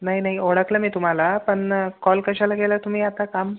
नाही नाही ओळखलं मी तुम्हाला पण कॉल कशाला केला तुम्ही आता काम